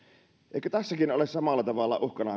eikö tässäkin ole samalla tavalla uhkana